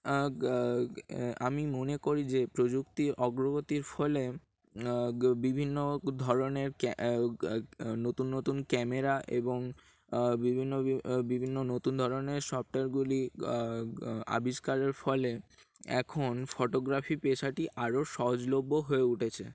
আমি মনে করি যে প্রযুক্তির অগ্রগতির ফলে বিভিন্ন ধরনের নতুন নতুন ক্যামেরা এবং বিভিন্ন বিভিন্ন নতুন ধরনের সফটওয়্যারগুলি আবিষ্কারের ফলে এখন ফটোগ্রাফি পেশাটি আরও সহজলভ্য হয়ে উঠেছে